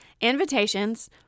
invitations